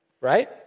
right